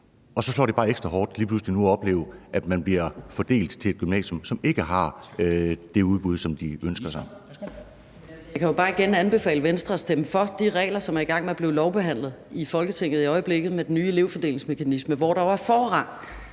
Og så slår det bare ekstra hårdt lige pludselig nu at opleve, at man bliver fordelt til et gymnasium, som ikke har det udbud, som man ønsker sig.